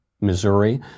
Missouri